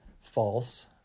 false